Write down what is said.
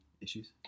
issues